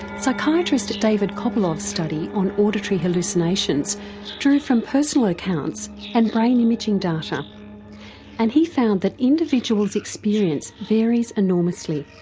psychiatrist david copolov's study on auditory hallucinations drew from personal accounts and brain imaging data and he found that individuals' experience varies enormously.